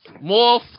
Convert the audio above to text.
More